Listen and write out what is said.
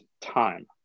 time